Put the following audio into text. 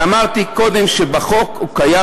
אמרתי קודם שבחוק הוא קיים,